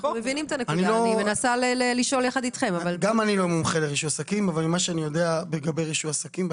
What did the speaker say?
גם אני לא מומחה לרישוי עסקים אבל מה שאני יודע לגבי רישוי עסקים,